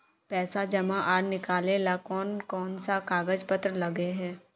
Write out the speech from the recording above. पैसा जमा आर निकाले ला कोन कोन सा कागज पत्र लगे है?